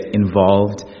involved